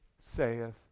saith